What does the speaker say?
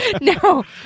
no